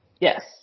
yes